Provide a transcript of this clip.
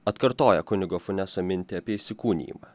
atkartoja kunigo funeso mintį apie įsikūnijimą